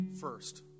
first